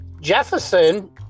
jefferson